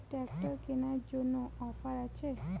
Tractor কেনার জন্য offer আছে?